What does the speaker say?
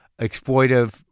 exploitive